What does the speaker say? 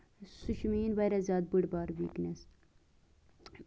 سُہ چھِ میٛٲنۍ واریاہ زیادٕ بٔڈ بارٕ ویٖکنیس